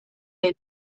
genuen